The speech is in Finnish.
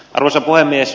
arvoisa puhemies